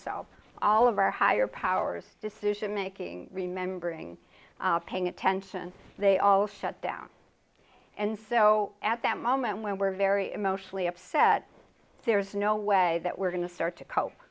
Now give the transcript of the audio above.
solve all of our higher powers decisionmaking remembering paying attention they all shut down and so at that moment when we're very emotionally upset there is no way that we're going to start to cope